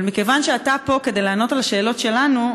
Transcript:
אבל מכיוון שאתה פה כדי לענות על השאלות שלנו,